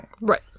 right